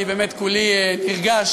אני באמת כולי נרגש,